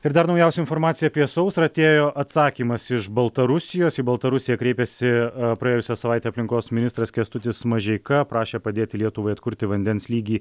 ir dar naujausia informacija apie sausrą atėjo atsakymas iš baltarusijos į baltarusiją kreipėsi praėjusią savaitę aplinkos ministras kęstutis mažeika prašė padėti lietuvai atkurti vandens lygį